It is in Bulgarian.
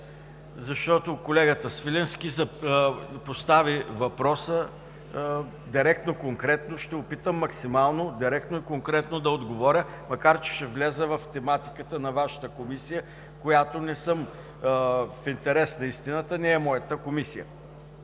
защото колегата Свиленски постави въпроса директно, конкретно. Ще се опитам максимално директно и конкретно да отговоря, макар че ще вляза в тематиката на Вашата комисия, която, в интерес на истината, не е в моята Комисия.